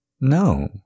No